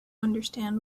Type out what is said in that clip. understand